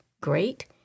great